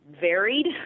varied